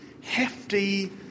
hefty